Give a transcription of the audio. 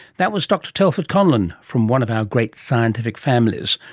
that was dr telford conlon from one of our great scientific families,